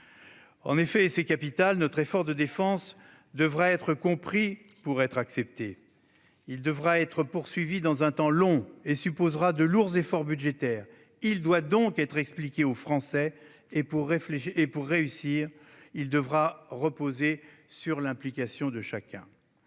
En effet, et c'est capital, notre effort de défense devra être compris pour être accepté. Il devra être poursuivi dans le temps long et supposera de lourds efforts budgétaires. Il doit donc être expliqué aux Français et, pour réussir, il devra reposer sur l'implication de chacun.